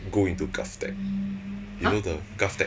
go into GovTech you know the GovTech